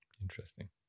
Interesting